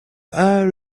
err